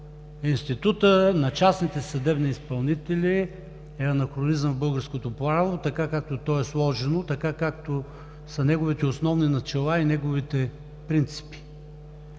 институтът на частните съдебни изпълнители е анахронизъм в българското право, така както то е сложено, както са неговите основни начала и принципи.